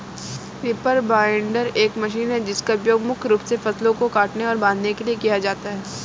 reaper binder एक machine है जिसका उपयोग मुख्य रूप से फसलों को काटने और बांधने के लिए किया जाता है